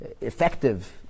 effective